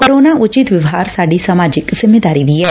corona ਉਚਿਤ ਵਿਵਹਾਰ ਸਾਡੀ ਸਮਾਜਿਕ ਜਿੰਮੇਵਾਰੀ ਵੀ ਐ